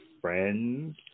friends